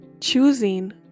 Choosing